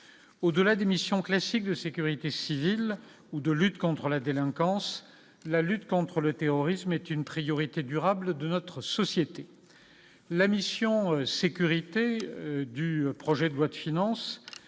au-delà des missions classiques de sécurité civile ou de lutte contre la délinquance, la lutte contre le terrorisme est une priorité durable de notre société, la mission sécurité du projet de loi de finances